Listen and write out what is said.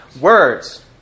Words